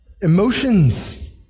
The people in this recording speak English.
emotions